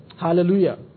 Hallelujah